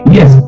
Yes